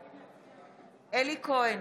בעד אלי כהן,